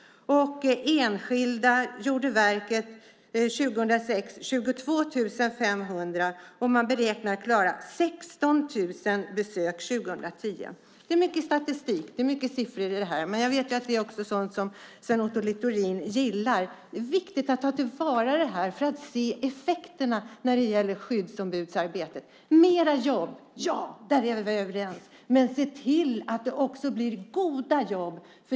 År 2006 gjorde verket 22 500 enskilda besök. Man beräknar att klara 16 000 besök 2010. Det är mycket statistik och siffror. Jag vet att det är sådant som Sven Otto Littorin gillar. Det är viktigt att ta vara på det för att se effekterna av skyddsombudsarbetet. Mera jobb - ja, där är vi överens. Men se till att det också blir goda jobb.